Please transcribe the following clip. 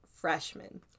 freshman